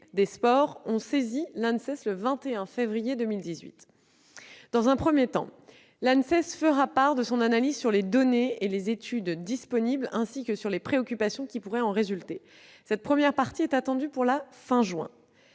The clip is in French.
des sports, ont saisi l'ANSES le 21 février dernier. Dans un premier temps, l'ANSES fera part de son analyse sur les données et études disponibles, ainsi que sur les préoccupations qui pourraient en résulter. La publication de ce premier travail est attendue pour la fin du